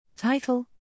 Title